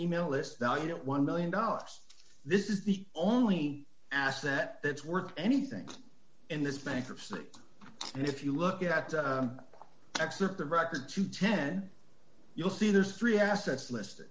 email list valued at one million dollars this is the only asset that's worth anything in this bankruptcy and if you look at excerpt of record to ten you'll see there's three assets list